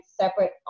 separate